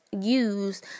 use